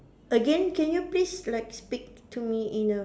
again can you please like speak to me in a